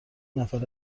نفر